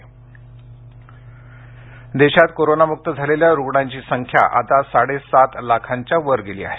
corona देश देशात कोरोनामुक्त झालेल्या रुग्णांची संख्या आता साडे सात लाखांच्या वर गेली आहे